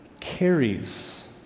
carries